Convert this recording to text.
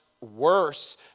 worse